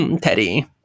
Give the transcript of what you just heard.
Teddy